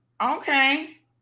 Okay